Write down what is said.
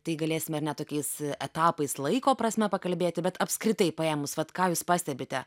tai galėsime net tokiais etapais laiko prasme pakalbėti bet apskritai paėmus vat ką jūs pastebite